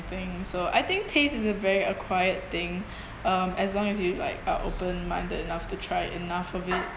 so I think taste is a very acquired thing um as long as you like are open-minded enough to try enough of it